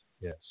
yes